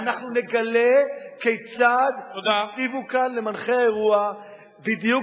אנחנו נגלה כיצד הכתיבו כאן למנחי האירוע בדיוק